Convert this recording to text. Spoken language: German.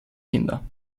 kinder